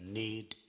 need